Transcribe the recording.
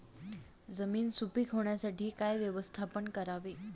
जमीन सुपीक होण्यासाठी काय व्यवस्थापन करावे?